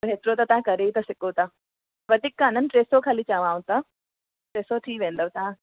एतिरो त तव्हां करे था सघो था वधीक कान्हनि टे सौ ख़ाली चवऊं था टे सौ थी वेंदव तव्हां